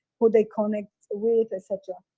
who they connect with, etc.